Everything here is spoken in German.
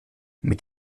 mit